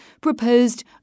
proposed